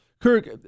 Kirk